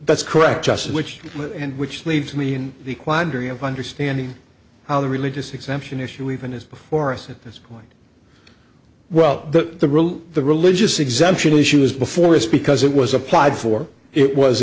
that's correct just which and which leaves me in the quandary of understanding how the religious exemption issue even is before us at this point well the the real the religious exemption issues before us because it was applied for it was